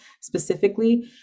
specifically